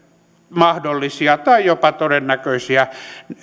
mahdollisia tai jopa todennäköisiä